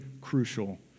crucial